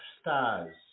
stars